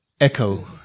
echo